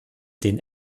den